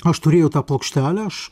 aš turėjau tą plokštelę aš